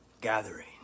Gathering